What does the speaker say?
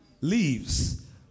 Leaves